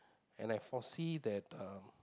and I foresee that uh